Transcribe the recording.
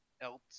else